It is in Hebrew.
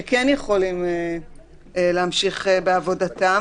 המספק שירותים או מוצרים הדרושים לצורך המשך פעילותם התקינה